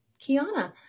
Kiana